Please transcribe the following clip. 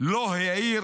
לא העיר